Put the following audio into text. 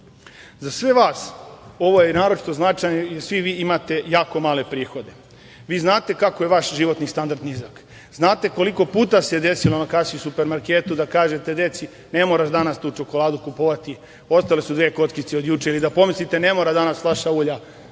Za sve vas ovo je naročito značajno, jer svi vi imate jako male prihode. Vi znate kako je vaš životni standard nizak, znate koliko puta se desilo da na kasi u supermarketu kažete deci – ne moraš danas tu čokoladu kupovati, ostale su dve kockice od juče ili da pomislite – ne mora danas flaša ulja,